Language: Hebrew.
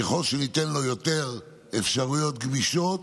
ככל שניתן לו יותר אפשרויות גמישות,